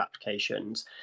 applications